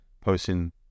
posting